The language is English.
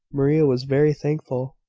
maria was very thankful.